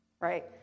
right